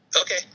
Okay